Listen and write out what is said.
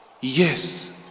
Yes